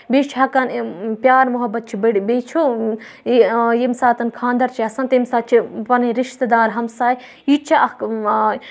بیٚیہِ چھُ ہٮ۪کان پیار محبت چھُ بٔڑ بیٚیہِ چھُ ییٚمہِ ساتَن خاندر چھُ آسان تَمہِ ساتہٕ چھِ پَنٕنۍ رِشتہٕ دار ہَمساے یہِ تہِ چھُ اکھ